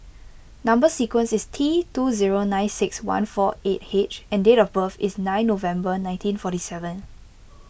Number Sequence is T two zero nine six one four eight H and date of birth is nine November nineteen forty seven